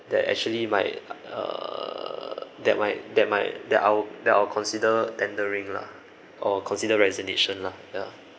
that actually my err that my that my that I'll that I'll consider tendering lah or consider resignation lah ya